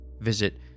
visit